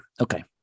Okay